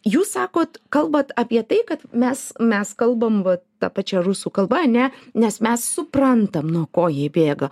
jūs sakot kalbat apie tai kad mes mes kalbam vat tą pačia rusų kalba ane nes mes suprantam nuo ko jie bėga